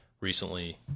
recently